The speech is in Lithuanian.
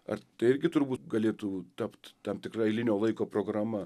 ar tai irgi turbūt galėtų tapt tam tikra eilinio laiko programa